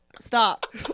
Stop